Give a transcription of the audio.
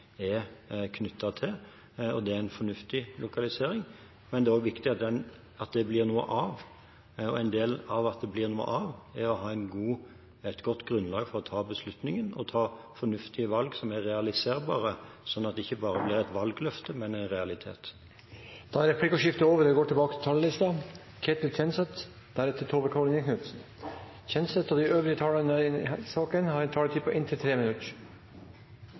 er knyttet til, og det er en fornuftig lokalisering. Men det er også viktig at det blir noe av det, og en del av at det blir noe av, er å ha et godt grunnlag for å ta beslutningen og ta fornuftige valg som er realiserbare, sånn at det ikke bare blir et valgløfte, men en realitet. Replikkordskiftet er over. De talere som heretter får ordet, har en taletid på inntil